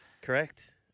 Correct